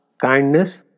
kindness